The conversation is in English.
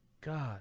God